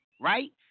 right